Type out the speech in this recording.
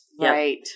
Right